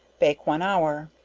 bake one hour.